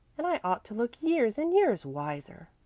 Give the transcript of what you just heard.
and i ought to look years and years wiser.